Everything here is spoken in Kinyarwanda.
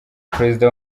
perezida